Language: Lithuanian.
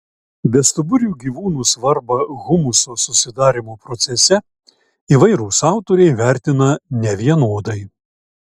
bestuburių gyvūnų svarbą humuso susidarymo procese įvairūs autoriai vertina nevienodai